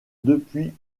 depuis